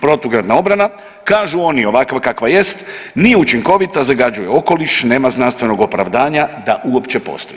Protugradna obrana, kažu oni, ovakva kakva jest, nije učinkovita, zagađuje okoliš, nema znanstvenog opravdanja da uopće postoji.